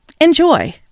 Enjoy